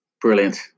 Brilliant